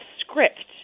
script